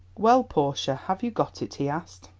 well, portia, have you got it? he asked.